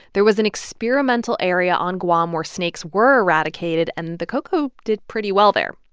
there was an experimental area on guam where snakes were eradicated, and the ko'ko' did pretty well there.